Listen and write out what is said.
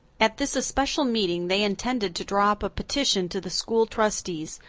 at this especial meeting they intended to draw up a petition to the school trustees,